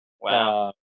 Wow